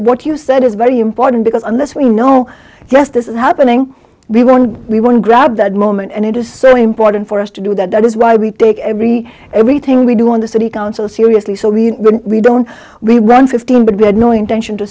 what you said is very important because unless we know less this is happening we want we want to grab that moment and it is so important for us to do that that is why we take every everything we do on the city council seriously so we we don't run fifteen but we had no intention to